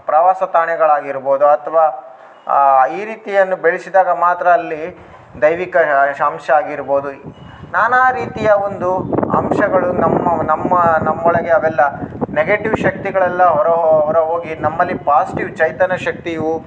ಪ್ರವಾಸ ತಾಣಗಳಾಗಿರ್ಬೋದು ಅಥ್ವ ಈ ರೀತಿಯನ್ನು ಬೆಳೆಸಿದಾಗ ಮಾತ್ರ ಅಲ್ಲಿ ದೈವಿಕ ಅಂಶ ಆಗಿರ್ಬೋದು ನಾನಾ ರೀತಿಯ ಒಂದು ಅಂಶಗಳು ನಮ್ಮವು ನಮ್ಮ ನಮ್ಮೊಳಗೆ ಅವೆಲ್ಲ ನೆಗೆಟಿವ್ ಶಕ್ತಿಗಳೆಲ್ಲ ಹೊರ ಹೊರ ಹೋಗಿ ನಮ್ಮಲ್ಲಿ ಪಾಸ್ಟಿವ್ ಚೈತನ್ಯ ಶಕ್ತಿಯು